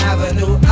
Avenue